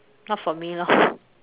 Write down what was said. not for me lor